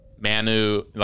Manu